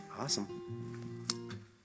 Awesome